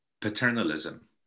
paternalism